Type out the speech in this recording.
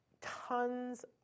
Tons